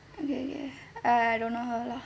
okay okay !aiya! I don't know her lah